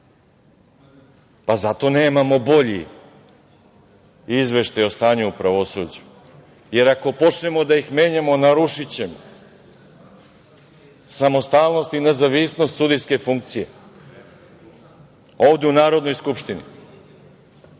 Pa, zato nemamo bolji izveštaj o stanju u pravosuđu, jer ako počnemo da ih menjamo narušićemo samostalnost i nezavisnost sudijske funkcije ovde u Narodnoj skupštini.